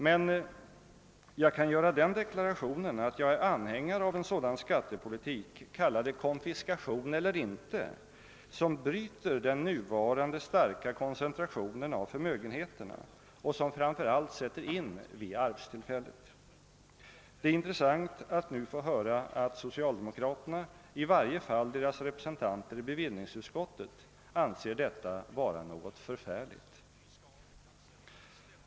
Men jag kan göra den deklarationen att jag är anhängare av en sådan skattepolitik, kalla det konfiskation eller inte, som bryter den nuvarande starka koncentrationen av förmögenheterna och som framför allt sätter in vid arvstillfället. Det är intressant att nu få höra att socialdemokraterna, i varje fall deras representanter i bevillningsutskottet, anser detta vara något förfärligt.